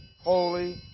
holy